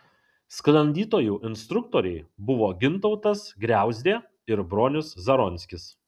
sklandytojų instruktoriai buvo gintautas griauzdė ir bronius zaronskis